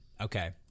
Okay